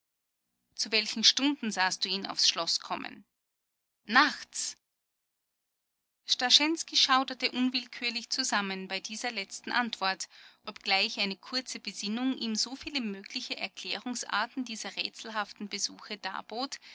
zu welchen stunden sahst du ihn aufs schloß kommen nachts starschensky schauderte unwillkürlich zusammen bei dieser letzten antwort obgleich eine kurze besinnung ihm so viele mögliche erklärungsarten dieser rätselhaften besuche darbot